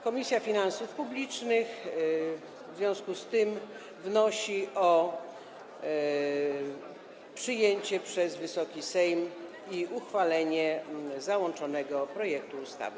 Komisja Finansów Publicznych w związku z tym wnosi o przyjęcie przez Wysoki Sejm, uchwalenie załączonego projektu ustawy.